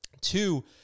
Two